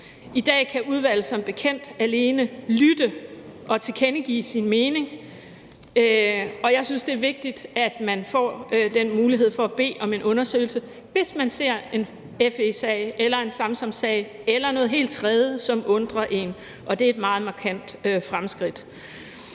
I dag kan udvalget som bekendt alene lytte og tilkendegive sin mening, og jeg synes, at det vigtigt, at man får den mulighed for at bede om en undersøgelse, hvis man ser en FE-sag eller en Samsamsag eller noget helt tredje, som undrer en. Det er et meget markant fremskridt.